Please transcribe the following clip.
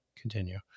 continue